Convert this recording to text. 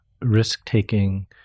risk-taking